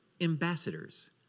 ambassadors